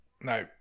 no